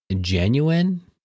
genuine